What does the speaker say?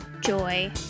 joy